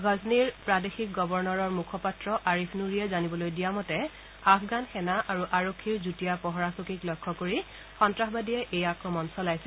ঘাজনীৰ প্ৰাদেশিক গৱৰ্ণৰৰ মুখপাত্ৰ আৰিফ নুৰীয়ে জানিবলৈ দিয়া মতে আফগান সেনা আৰু আৰক্ষীৰ যুটীয়া পহৰাচকীক লক্ষ্য কৰি সন্ত্ৰাসবাদীয়ে এই আক্ৰমণ চলাইছিল